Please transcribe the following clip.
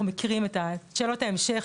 אנחנו מכירים את השאלות ההמשך,